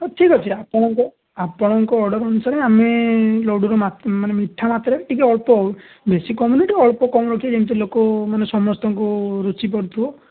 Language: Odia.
ହଉ ଠିକ୍ ଅଛି ଆପଣଙ୍କ ଆପଣଙ୍କ ଅର୍ଡର୍ ଅନୁସାରେ ଆମେ ଲଡ଼ୁର ମାପ ମାନେ ମିଠା ମାତ୍ରା ଟିକେ ଅଳ୍ପ ବେଶୀ କମ୍ ନୁହେଁ ଟିକେ ଅଳ୍ପ କମ୍ ରଖିବେ ଯେମିତି ଲୋକ ମାନେ ସମସ୍ତଙ୍କୁ ରୁଚି ପାରୁଥିବ